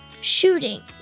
Shooting